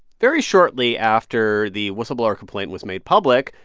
very shortly after the whistleblower complaint was made public,